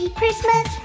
Christmas